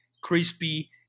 crispy